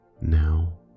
now